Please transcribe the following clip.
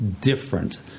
different